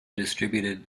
distributed